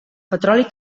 petroli